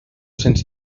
cents